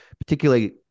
particularly